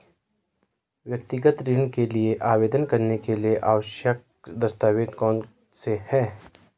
व्यक्तिगत ऋण के लिए आवेदन करने के लिए आवश्यक दस्तावेज़ कौनसे हैं?